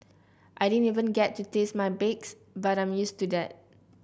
I didn't even get to taste my bakes but I'm used to that